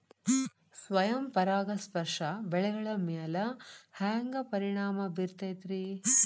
ಸ್ವಯಂ ಪರಾಗಸ್ಪರ್ಶ ಬೆಳೆಗಳ ಮ್ಯಾಲ ಹ್ಯಾಂಗ ಪರಿಣಾಮ ಬಿರ್ತೈತ್ರಿ?